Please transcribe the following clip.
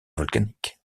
volcaniques